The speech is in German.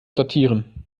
sortieren